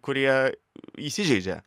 kurie įsižeidžia